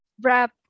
Wrap